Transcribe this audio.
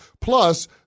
Plus